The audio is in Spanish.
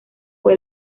fue